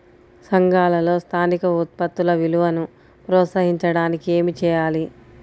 సంఘాలలో స్థానిక ఉత్పత్తుల విలువను ప్రోత్సహించడానికి ఏమి చేయాలి?